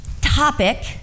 topic